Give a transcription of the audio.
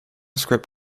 script